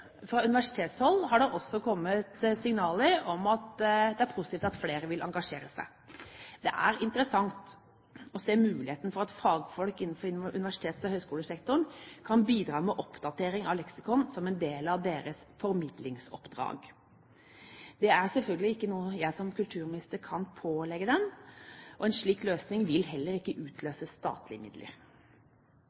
fra Danmark. Fra universitetshold har det også kommet signaler om at det er positivt at flere vil engasjere seg. Det er interessant å se på muligheten for at fagfolk innenfor universitets- og høyskolesektoren kan bidra med oppdatering av leksikon som en del av sitt formidlingsoppdrag. Det er selvfølgelig ikke noe jeg som kulturminister kan pålegge dem. En slik løsning vil heller ikke utløse statlige midler.